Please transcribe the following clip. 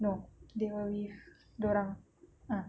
no they were with dorang ah